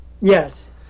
Yes